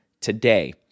today